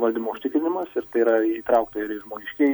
valdymo užtikrinimas ir tai yra įtraukta ir į žmogiškieji